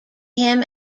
him